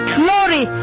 glory